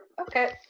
Okay